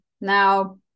Now